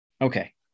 okay